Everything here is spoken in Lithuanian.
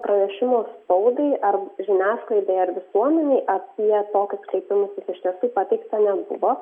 pranešimo spaudai ar žiniasklaidai ar visuomenei apie tokius kreipimųsi iš tiesų pateikta nebuvo